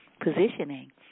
positioning